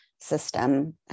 system